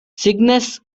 sickness